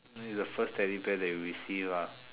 it's the first teddy bear that you receive ah